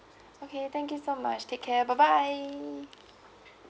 it's okay thank you so much take care bye bye